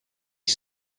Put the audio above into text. ich